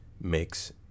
makes